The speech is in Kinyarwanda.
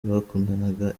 bakundanaga